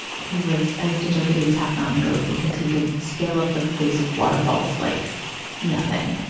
he was i used to joke that he was half mountain goat, because he could scale up the face of waterfalls like nothing.